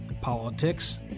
Politics